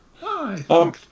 Hi